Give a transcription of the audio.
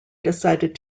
decided